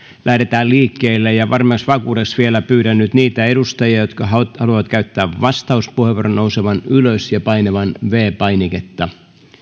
lähdetään liikkeelle ja varmemmaksi vakuudeksi vielä pyydän niitä edustajia jotka haluavat käyttää vastauspuheenvuoron nousemaan ylös ja painamaan viides painiketta